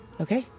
Okay